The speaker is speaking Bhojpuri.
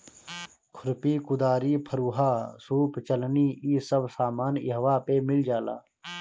खुरपी, कुदारी, फरूहा, सूप चलनी इ सब सामान इहवा पे मिल जाला